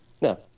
No